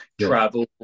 travel